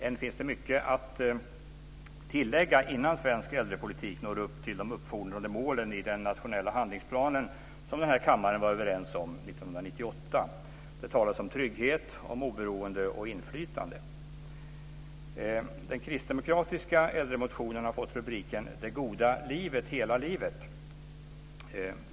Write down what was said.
Än finns det mycket att tillägga innan svensk äldrepolitik når upp till de uppfordrande målen i den nationella handlingsplan som den här kammaren var överens om 1998. Det talas om trygghet, oberoende och inflytande. Den kristdemokratiska äldremotionen har fått rubriken Det goda livet - hela livet.